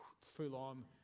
full-on